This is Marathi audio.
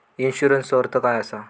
इन्शुरन्सचो अर्थ काय असा?